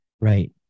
Right